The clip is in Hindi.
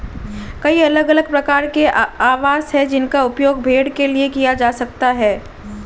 कई अलग अलग प्रकार के आवास हैं जिनका उपयोग भेड़ के लिए किया जा सकता है